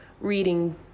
reading